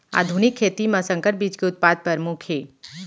आधुनिक खेती मा संकर बीज के उत्पादन परमुख हे